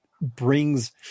brings